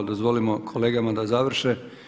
Dozvolimo kolegama da završe.